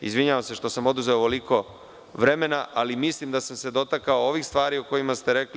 Izvinjavam se što samo oduzeo ovoliko vremena, ali mislim da sam se dotakao ovih stvari o kojima ste rekli.